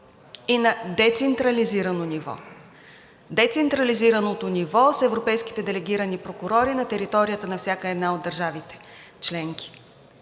и на децентрализирано ниво. Децентрализирано ниво с европейските делегирани прокурори на територията на всяка една от държавите членки.